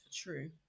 True